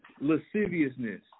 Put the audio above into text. lasciviousness